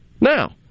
Now